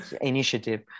initiative